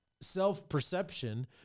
self-perception